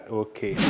okay